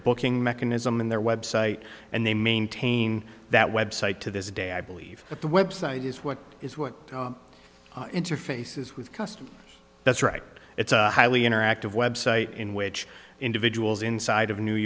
booking mechanism in their website and they maintain that website to this day i believe that the website is what is what interfaces with custom that's right it's a highly interactive website in which individuals inside of new